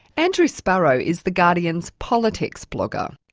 andrew sparrow is the guardian's politics blogger.